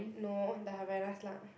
no the Havaianas lah